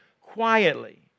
quietly